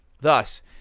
Thus